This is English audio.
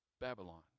Babylon